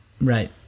Right